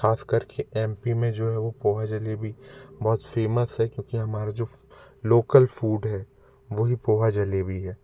खास कर के एम पी मे जो हैं वो पोहा जलेबी बहुत फेमस है क्योंकि हमारा जो लोकल फूड हैं वो ही पोहा जलेबी हैं